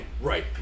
Right